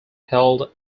held